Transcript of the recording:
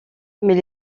mais